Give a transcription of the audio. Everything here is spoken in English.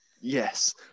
yes